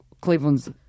Cleveland's